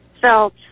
felt